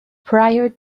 prior